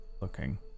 looking